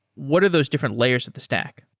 what are those different layers of the stack?